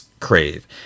crave